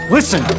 Listen